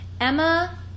Emma